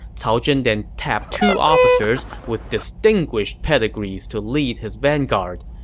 cao zhen then tapped two officers with distinguished pedigrees to lead his vanguard.